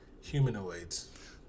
humanoids